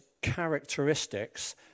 characteristics